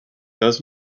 does